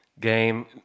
game